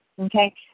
okay